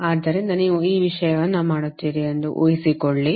ಆದ್ದರಿಂದ ನೀವು ಈ ವಿಷಯವನ್ನು ಮಾಡುತ್ತೀರಿ ಎಂದು ಊಹಿಸಿಕೊಳ್ಳಿ